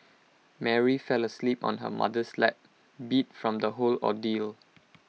Mary fell asleep on her mother's lap beat from the whole ordeal